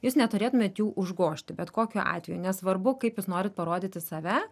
jūs neturėtumėt jų užgožti bet kokiu atveju nesvarbu kaip jūs norit parodyti save